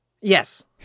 Yes